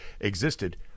existed